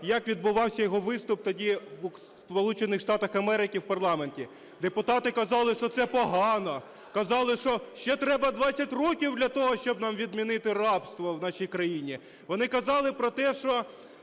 як відбувався його виступ тоді в Сполучених Штатах Америки в парламенті. Депутати казали, що це погано, казали, що ще треба 20 років для того, щоб нам відмінити рабство в нашій країні. Вони казали про те, що